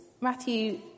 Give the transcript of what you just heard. Matthew